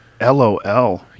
LOL